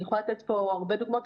אני יכולה לתת פה הרבה דוגמאות.